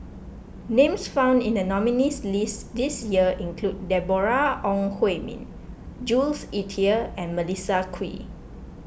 names found in the nominees' list this year include Deborah Ong Hui Min Jules Itier and Melissa Kwee